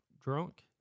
drunk